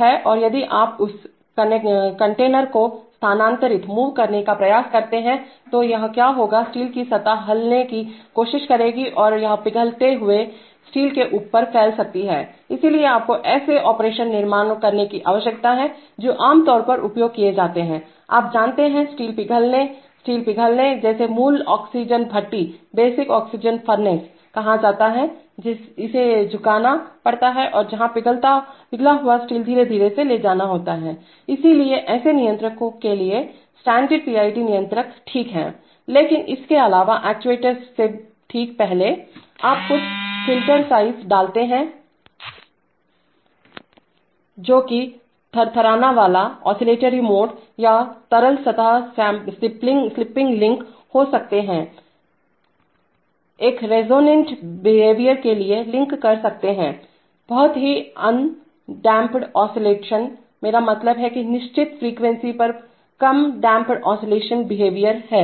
है और यदि आप उस कंटेनर को स्थानांतरितमूव करने का प्रयास करते हैंतो वह क्या होगा स्टील की सतह हिलने की कोशिश करेगी और यह पिघले हुए स्टील के ऊपर फैल सकती है इसलिए आपको ऐसे ऑपरेशनों निर्माण करने की आवश्यकता है जो आमतौर पर उपयोग किए जाते हैंआप जानते हैं स्टील पिघलने स्टील पिघलने जिसे मूल ऑक्सीजन भट्टीबेसिक ऑक्सीजन फर्नेस कहा जाता हैइसे झुकाना पड़ता है जहां पिघला हुआ स्टील धीरे धीरे ले जाना होता है इसलिए ऐसे नियंत्रकों के लिए स्टैंडर्ड पीआईडी नियंत्रक ठीक है लेकिन इसके अलावा एक्ट्यूएटर से ठीक पहले आप कुछ फिल्टर साइज डालते हैं जो कि थरथरानवाला मोड यह तरल सतह स्पिलिंग लिंक हो सकते हैं में एक रेसोनेन्ट बिहेवियर के लिए लिंक कर सकते हैं बहुत ही उन डम्पिङ ओस्किल्लाटे मेरा मतलब है की एक निश्चित फ्रीक्वेंसी पर बहुत कम डम्पिङ ओस्किल्लाटे व्यवहार है